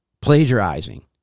plagiarizing